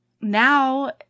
now